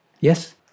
Yes